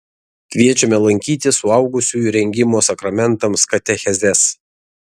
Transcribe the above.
kviečiame lankyti suaugusiųjų rengimo sakramentams katechezes